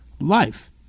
life